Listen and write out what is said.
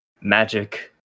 Magic